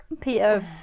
Peter